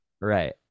right